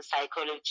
psychology